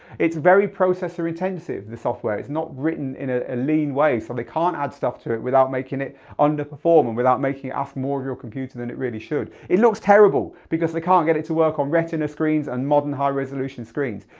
it's very processor intensive the software, it's not written in a ah lean way so they can't add stuff to it without making it underperform and without making it ask more of your computer than it really should. it looks terrible, because they can't get it to work on retina screens and modern high resolution screens.